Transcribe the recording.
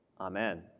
amen